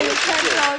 היושב ראש,